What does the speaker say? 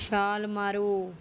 ਛਾਲ ਮਾਰੋ